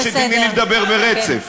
או שתיתני לי לדבר ברצף.